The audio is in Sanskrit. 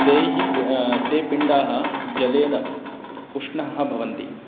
तैः ते पिण्डाः जलेन उष्णाः भवन्ति